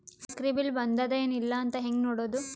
ಸಕ್ರಿ ಬಿಲ್ ಬಂದಾದ ಏನ್ ಇಲ್ಲ ಅಂತ ಹೆಂಗ್ ನೋಡುದು?